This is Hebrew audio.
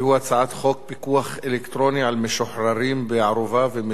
אלקטרוני על משוחררים בערובה ומשוחררים על-תנאי